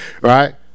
Right